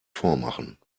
vormachen